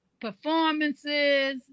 performances